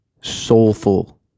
soulful